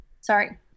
sorry